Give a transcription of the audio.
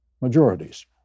majorities